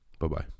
Bye-bye